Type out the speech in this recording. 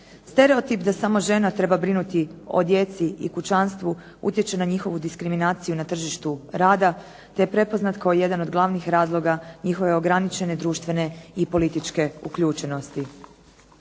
Stereotip da samo žena treba brinuti o djeci i kućanstvu utječe na njihovu diskriminaciju na tržištu rada te je prepoznat kao jedan od glavnih razloga njihove ograničene društvene i političke uključenosti.